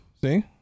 see